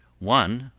one,